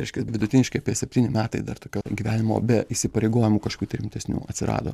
reiškias vidutiniškai apie septyni metai dar tokio gyvenimo be įsipareigojimų kažkokių tai rimtesnių atsirado